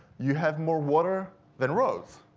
you have more water than roads.